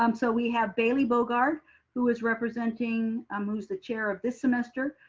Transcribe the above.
um so we have baylee bogard who was representing ah moves the chair of this semester,